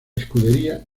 escudería